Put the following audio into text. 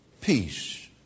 peace